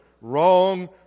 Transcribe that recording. wrong